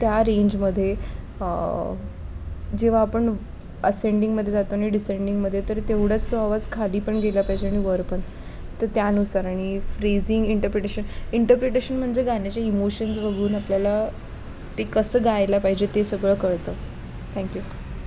त्या रेंजमध्ये जेव्हा आपण असेंडिंगमध्ये जातो आणि डिसेंडिंगमध्ये तर तेवढंच तो आवाज खाली पण गेला पाहिजे आणि वर पण तर त्यानुसार आणि फ्रिझिंग इंटरप्रिटेशन इंटरप्रिटेशन म्हणजे गाण्याचे इमोशन्स बघून आपल्याला ते कसं गायला पाहिजे ते सगळं कळतं थँक्यू